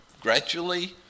gradually